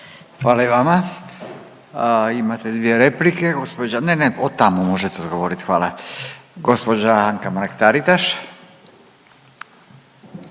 Hvala i vama. Imate dvije replike, gospođa, ne, ne od tamo možete odgovoriti, hvala. Gospođa Anka Mrak Taritaš.